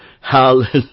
Hallelujah